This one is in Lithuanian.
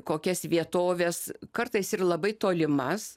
kokias vietoves kartais ir labai tolimas